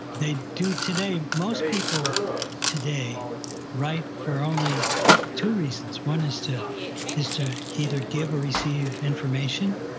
they do today, most people today write for only two reasons. one is to is to either give or receive information,